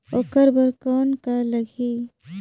ओकर बर कौन का लगी?